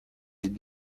did